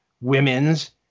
women's